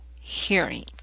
Hearing